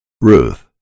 Ruth